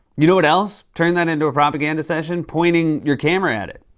you know what else turned that into a propaganda session? pointing your camera at it.